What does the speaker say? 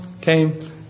came